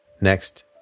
next